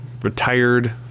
retired